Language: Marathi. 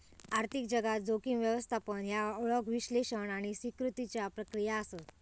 आर्थिक जगात, जोखीम व्यवस्थापन ह्या ओळख, विश्लेषण आणि स्वीकृतीच्या प्रक्रिया आसत